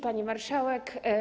Pani Marszałek!